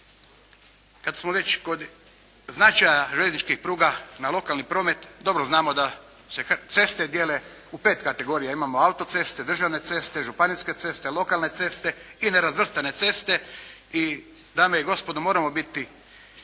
Kada smo već kod značaja željezničkih pruga na lokalni promet, dobro znamo da se ceste dijele u pet kategorija, imamo autoceste, državne ceste, županijske ceste, lokalne ceste i ne razvrstane ceste. I dame i gospodo moramo biti